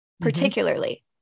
particularly